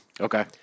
Okay